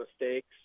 mistakes